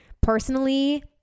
personally